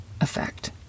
effect